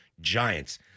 Giants